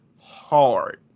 hard